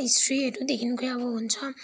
हिस्ट्रीहेरूदेखिको अब हुन्छ